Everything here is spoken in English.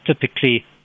typically